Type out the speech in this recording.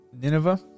Nineveh